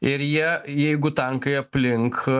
ir jie jeigu tankai aplink